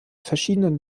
verschiedenen